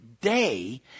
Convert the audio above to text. day